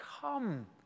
come